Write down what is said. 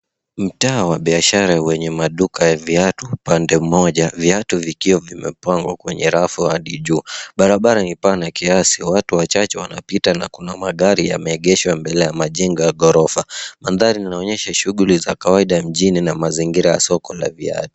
Mtaa wa biashara wenye maduka ya viatu upande mmoja viatu vikiwa vimepangwa kwenye rafu juu. Barabara ni pana kiasi. Watu wanapita na kuna magari yameegeshwa mbele ya majengo ya ghorofa. Mandari inaonyesha shughuli za kawaida mjini na mazingira ya soko la gari.